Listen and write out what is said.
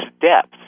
depth